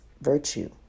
virtue